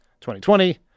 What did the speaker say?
2020